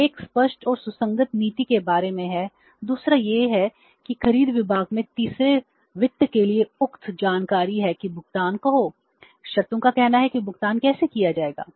तो 1 स्पष्ट और सुसंगत नीति के बारे में है दूसरा यह है कि खरीद विभाग में तीसरे वित्त के लिए उक्त जानकारी है कि भुगतान कहो शर्तों का कहना है कि भुगतान कैसे किया जाएगा